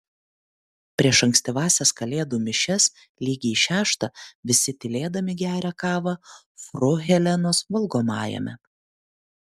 prieš ankstyvąsias kalėdų mišias lygiai šeštą visi tylėdami geria kavą fru helenos valgomajame